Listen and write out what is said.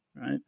right